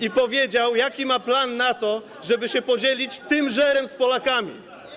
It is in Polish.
i powiedział, jaki ma plan na to, żeby się podzielić tym żerem z Polakami.